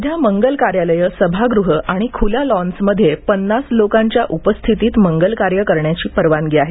सध्या मंगल कार्यालयं सभागृह आणि खुल्या लॉन्समध्ये पन्नास लोकांच्या उपस्थितीत मंगल कार्य करण्याची परवानगी आहे